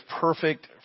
perfect